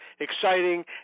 exciting